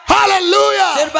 Hallelujah